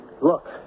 Look